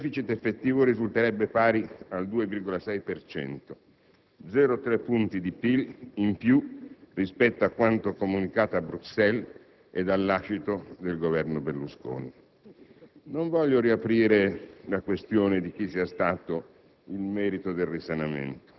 Se queste poste fossero correttamente contabilizzate, il *deficit* effettivo risulterebbe pari al 2,6 per cento: 0,3 punti di PIL in più rispetto a quanto comunicato a Bruxelles ed al lascito del Governo Berlusconi.